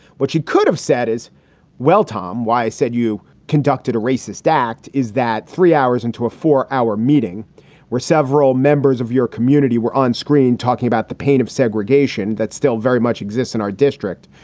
but she could have said as well, tom, why i said you conducted a racist act. is that three hours into a four hour meeting where several members of your community were onscreen talking about the pain of segregation? that's still very much exists in our district.